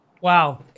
Wow